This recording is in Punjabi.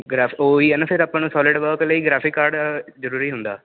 ਗਰੈਫ ਓਹੀ ਹੈ ਨਾ ਫ਼ੇਰ ਆਪਾਂ ਨੂੰ ਸੋਲਿਡ ਵਰਕ ਲਈ ਗ੍ਰੈਫਿਕ ਕਾਰਡ ਜ਼ਰੂਰੀ ਹੁੰਦਾ